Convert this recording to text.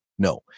No